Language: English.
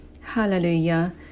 Hallelujah